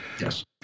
Yes